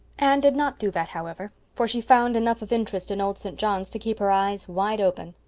anne did not do that, however, for she found enough of interest in old st. john's to keep her eyes wide open.